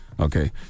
Okay